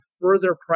further